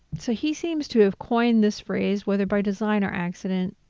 so he seems to have coined this phrase, whether by design or accident,